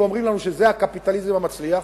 ואומרים לנו שזה הקפיטליזם המצליח,